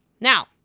Now